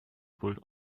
pult